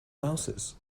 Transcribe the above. louses